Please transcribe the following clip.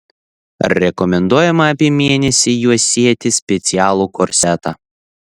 rekomenduojama apie mėnesį juosėti specialų korsetą